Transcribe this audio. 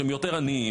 שהם יותר עניים,